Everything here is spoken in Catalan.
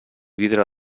vidre